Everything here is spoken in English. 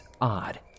odd